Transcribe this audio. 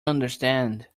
understand